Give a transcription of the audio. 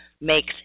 makes